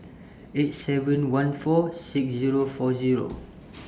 eight seven one four six Zero four Zero